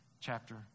chapter